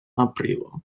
aprilo